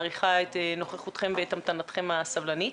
אני מעריכה את נוכחותכם והמתנתכם הסבלנית.